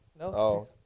No